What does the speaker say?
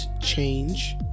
change